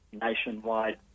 nationwide